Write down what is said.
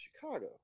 Chicago